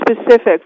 specific